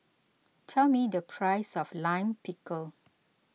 tell me the price of Lime Pickle